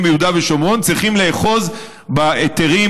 ביהודה ושומרון צריכים לאחוז בהיתרים,